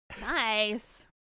Nice